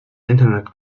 internet